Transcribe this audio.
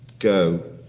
go.